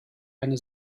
eine